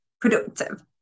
productive